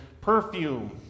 perfume